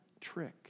trick